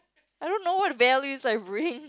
I don't know what values I bring